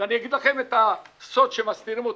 ואני אגיד לכם את הסוד שמסתירים מכולכם.